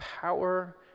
power